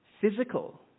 physical